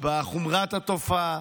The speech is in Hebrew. בחומרת התופעה,